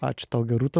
ačiū tau gerūta